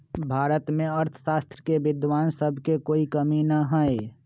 भारत में अर्थशास्त्र के विद्वान सब के कोई कमी न हई